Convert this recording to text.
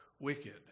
wicked